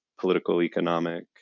political-economic